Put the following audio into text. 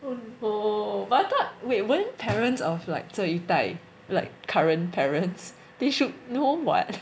oh but I thought wait won't parents of like 这一代 like current parents they should know [what]